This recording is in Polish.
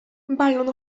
balon